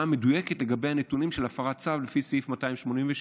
המדויקת לגבי הנתונים של הפרת צו לפי סעיף 287(ב).